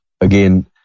again